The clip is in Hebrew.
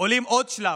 עולים עוד שלב.